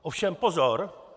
Ovšem pozor!